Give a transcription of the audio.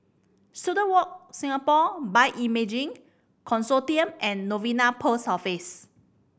Student Walk Singapore Bioimaging Consortium and Novena Post Office